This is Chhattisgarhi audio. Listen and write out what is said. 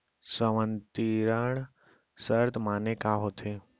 संवितरण शर्त माने का होथे?